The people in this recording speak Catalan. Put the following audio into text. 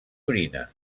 orina